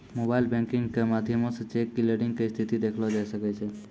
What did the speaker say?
mobile banking के माध्यमो से चेक क्लियरिंग के स्थिति देखलो जाय सकै छै